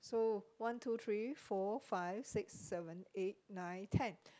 so one two three four five six seven eight nine ten